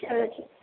چلو ٹھیک